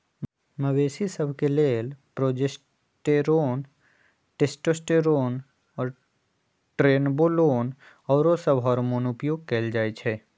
मवेशिय सभ के लेल प्रोजेस्टेरोन, टेस्टोस्टेरोन, ट्रेनबोलोन आउरो सभ हार्मोन उपयोग कयल जाइ छइ